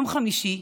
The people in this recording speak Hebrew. יום חמישי,